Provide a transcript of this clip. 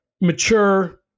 mature